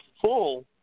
full